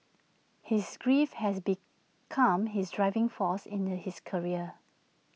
his grief has become his driving force in the his career